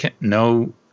no